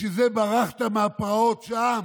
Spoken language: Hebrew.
בשביל זה ברחת מהפרעות שם?